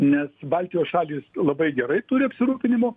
nes baltijos šalys labai gerai turi apsirūpinimo